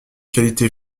qualité